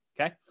okay